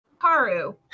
Karu